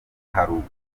haruguru